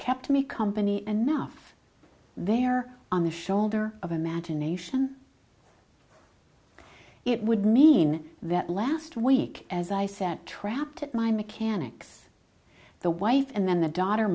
kept me company enough there on the shoulder of imagination it would mean that last week as i sat trapped at my mechanics the wife and then the daughter